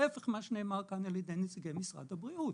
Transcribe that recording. ההפך ממה שנאמר כאן על ידי נציגי משרד הבריאות.